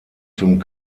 zum